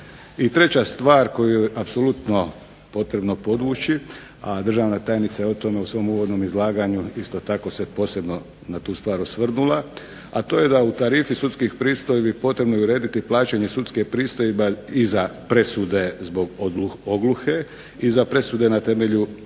treća stvar koju je apsolutno potrebno podvući, a državna tajnica je u svom uvodnom izlaganju isto tako se posebno na tu stvar osvrnula, a to je da u tarifi sudskih pristojbi potrebno je urediti plaćanje sudske pristojbe i za presude zbog ogluhe i za presude na temelju odricanja.